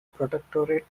protectorate